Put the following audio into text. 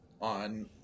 on